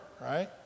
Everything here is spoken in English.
right